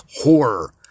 horror